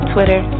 Twitter